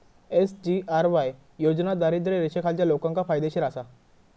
SGRY योजना दारिद्र्य रेषेखालच्या लोकांका फायदेशीर आसा